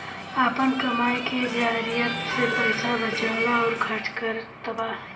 आपन कमाई के जरिआ से पईसा बचावेला अउर खर्चा करतबा